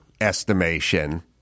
estimation